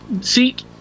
seat